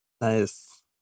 nice